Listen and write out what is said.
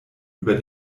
über